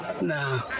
No